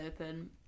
open